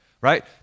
Right